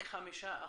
רק 5%?